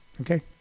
okay